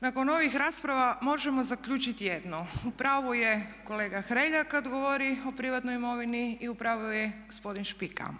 Nakon ovih rasprava možemo zaključiti jedno, u pravu je kolega Hrelja kad govori o privatnoj imovini i u pravu je gospodin Špika.